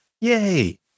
yay